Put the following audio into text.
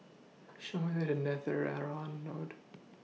Show Me The Way to Netheravon Road